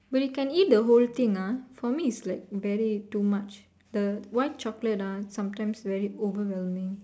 but you can eat the whole thing ah for me is like very too much the white chocolate ah sometimes very overwhelming